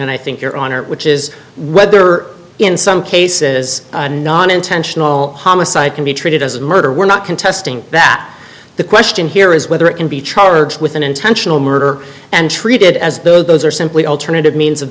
and i think your honor which is what there are in some cases not intentional homicide can be treated as murder we're not contesting that the question here is whether it can be charged with an intentional murder and treated as though those are simply alternative means of